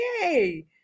Yay